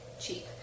cheap